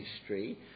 history